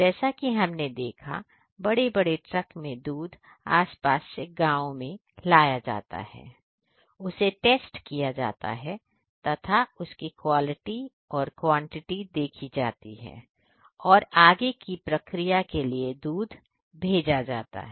जैसा कि हमने देखा कि बड़े बड़े ट्रक में दूध आसपास के गांव से लाया जाता है उसे टेस्ट किया जाता है तथा उसकी क्वालिटी और क्वांटिटी देखी जाती है और आगे की प्रक्रिया करने के लिए दूध भेजा जाता है